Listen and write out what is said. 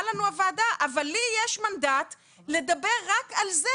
לנו הוועדה: אבל לי יש מנדט לדבר רק על זה